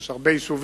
יש הרבה יישובים